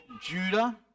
Judah